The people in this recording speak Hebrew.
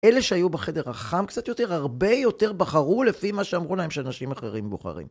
אלה שהיו בחדר החם קצת יותר, הרבה יותר בחרו לפי מה שאמרו להם שאנשים אחרים בוחרים.